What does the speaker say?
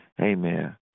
Amen